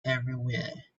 everywhere